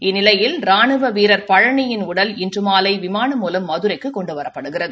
இந்நிலையில் ராணுவ வீரர் பழனியின் உடல் இன்று மாலை விமானம் மூலம் மதுரைக்கு கொண்டுவரப்படுகிறது